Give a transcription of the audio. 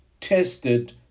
tested